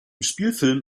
spielfilm